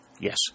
Yes